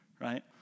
right